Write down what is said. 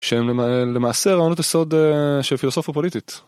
שהם למעשה רעיונות יסוד של פילוסופיה פוליטית.